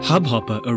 Hubhopper